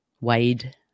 wade